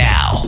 Now